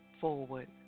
forward